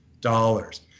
dollars